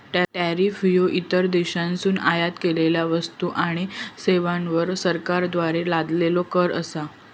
tariff ह्यो इतर देशांतसून आयात केलेल्यो वस्तू आणि सेवांवर सरकारद्वारा लादलेलो कर असा